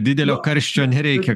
didelio karščio nereikia